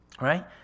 Right